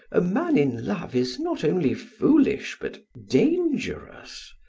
a man in love is not only foolish but dangerous.